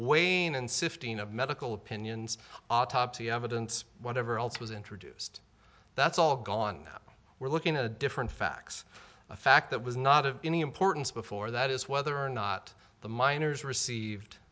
wayne and sifting of medical opinions autopsy evidence whatever else was introduced that's all gone we're looking at a different facts a fact that was not of any importance before that is whether or not the miners received